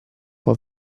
può